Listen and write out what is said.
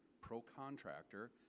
pro-contractor